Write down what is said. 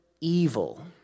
evil